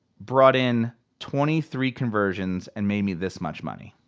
brought in twenty three conversions and made me this much money.